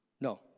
No